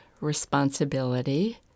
responsibility